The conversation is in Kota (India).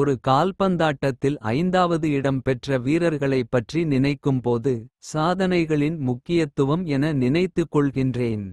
ஒரு கால்பந்தாட்டத்தில் 5வது இடம் பெற்ற வீரர்களை. பற்றி நினைக்கும்போது, சாதனைகளின் முக்கியத்துவம். என நினைத்துக்கொள்கின்றேன்.